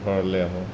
ঘৰলৈ আহোঁ